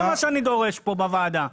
זה מה שאני דורש פה, בוועדה.